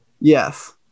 Yes